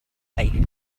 the